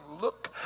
look